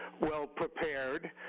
well-prepared